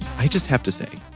i just have to say.